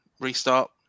restart